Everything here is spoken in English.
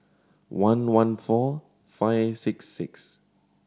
eleven four five six six